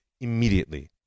immediately